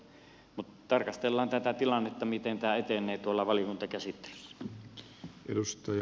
mutta tarkastellaan tätä tilannetta miten tämä etenee tuolla valiokuntakäsittelyssä